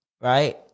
right